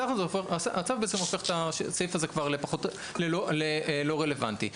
הצו בעצם הופך את הסעיף הזה ללא רלוונטי.